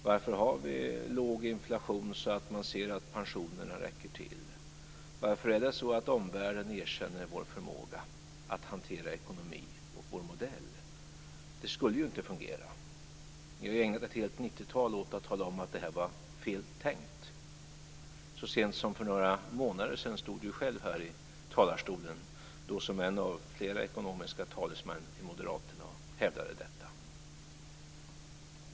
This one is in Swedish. Varför har vi låg inflation, så att man ser att pensionerna räcker till? Varför erkänner omvärlden vår förmåga att hantera ekonomin och vår modell? Det skulle ju inte fungera. Ni har ju ägnat ett helt 90-tal åt att tala om att detta var fel tänkt. Så sent som för några månader sedan stod ju Bo Lundgren själv här i talarstolen, då som en av flera ekonomiska talesmän i Moderaterna och hävdade detta.